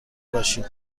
باشید